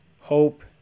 hope